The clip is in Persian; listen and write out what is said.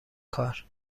کار